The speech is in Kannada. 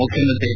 ಮುಖ್ಯಮಂತ್ರಿ ಎಚ್